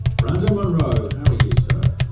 brandon munro. how are you, sir?